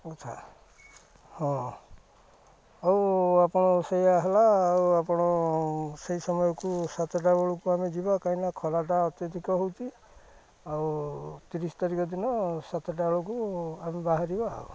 କଥା ହଁ ଆଉ ଆପଣ ସେଇୟା ହେଲା ଆଉ ଆପଣ ସେଇ ସମୟକୁ ସାତଟା ବେଳକୁ ଆମେ ଯିବା କାହିଁକିନା ଖରାଟା ଅତ୍ୟଧିକ ହେଉଛି ଆଉ ତିରିଶ ତାରିଖ ଦିନ ସାତଟା ବେଳକୁ ଆମେ ବାହାରିବା ଆଉ